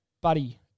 Buddy